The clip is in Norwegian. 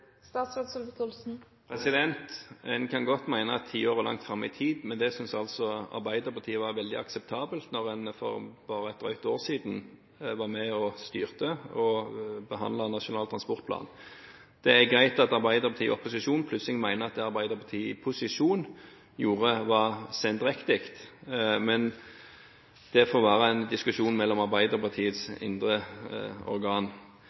En kan godt mene at ti år er langt fram i tid, men det syntes altså Arbeiderpartiet var veldig akseptabelt da en for bare et drøyt år siden var med og styrte og behandlet Nasjonal transportplan. Det er greit at Arbeiderpartiet i opposisjon plutselig mener at det Arbeiderpartiet gjorde i posisjon, var sendrektig, men det får være en diskusjon mellom Arbeiderpartiets